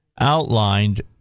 outlined